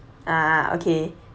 ah okay